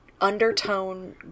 undertone